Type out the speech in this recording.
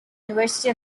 university